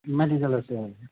medical আছিল